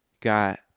got